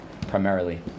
primarily